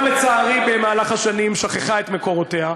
אבל לצערי במהלך השנים שכחה את מקורותיה,